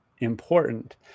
important